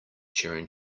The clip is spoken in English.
during